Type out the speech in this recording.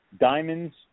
Diamonds